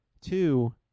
Two